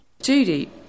Judy